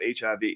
HIV